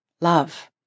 love